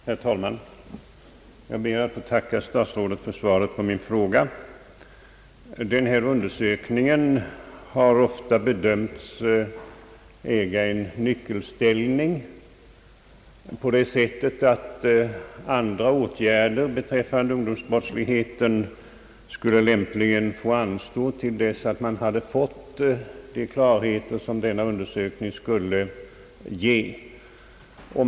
Herr talman! Jag ber att få tacka statsrådet för svaret på min fråga. Denna undersökning har ofta bedömts inta en nyckelställning på det sättet att andra åtgärder beträffande ungdomsbrottsligheten lämpligen skulle få anstå tills man hade fått den klarhet som denna undersökning skulle ge.